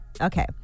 Okay